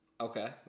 Okay